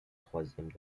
troisième